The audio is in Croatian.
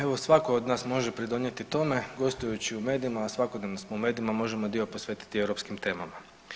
Evo svatko od nas može pridonijeti tome gostujući u medijima, a svakodnevno smo u medijima možemo dio posvetiti i europskim temama.